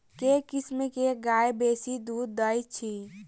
केँ किसिम केँ गाय बेसी दुध दइ अछि?